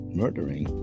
murdering